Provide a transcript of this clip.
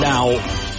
Now